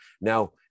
now